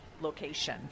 location